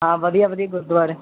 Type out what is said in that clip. ਹਾਂ ਵਧੀਆ ਵਧੀਆ ਗੁਰਦੁਆਰੇ